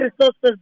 resources